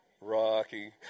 Rocky